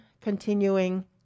continuing